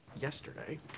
yesterday